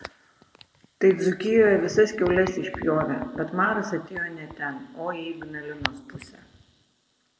tai dzūkijoje visas kiaules išpjovė bet maras atėjo ne ten o į ignalinos pusę